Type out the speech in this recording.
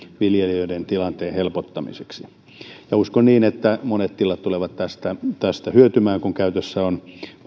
viljelijöiden tilanteen helpottamiseksi uskon niin että monet tilat tulevat tästä tästä hyötymään kun käytössä on